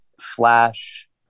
flash